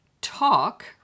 talk